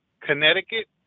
Connecticut